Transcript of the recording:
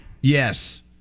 Yes